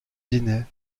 dîner